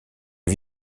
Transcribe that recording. est